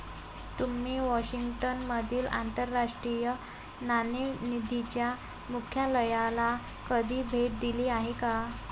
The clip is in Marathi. तुम्ही वॉशिंग्टन मधील आंतरराष्ट्रीय नाणेनिधीच्या मुख्यालयाला कधी भेट दिली आहे का?